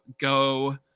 go